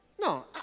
no